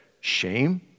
shame